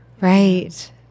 Right